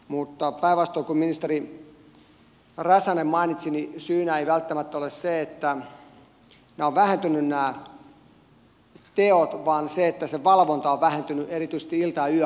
mutta päinvastoin kuin ministeri räsänen mainitsi syynä ei välttämättä ole se että nämä teot ovat vähentyneet vaan se että se valvonta on vähentynyt erityisesti ilta ja yöaikaan